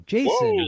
Jason